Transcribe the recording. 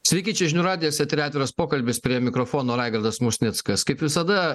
sveiki čia žinių radijas eteryje atviras pokalbis prie mikrofono raigardas musnickas kaip visada